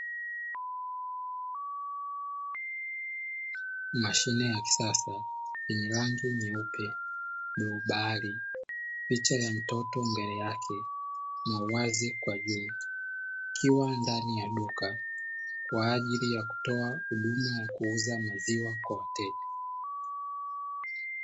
Mashine ya kisasa yenye rangi nyeupe na bluu bahari, picha ya mtoto mbele yake na uwazi kwa juu, ikiwa ndani ya duka kwa ajili ya kutoa huduma ya kuuza maziwa kwa wateja.